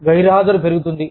గైర్హాజరు పెరుగుతుంది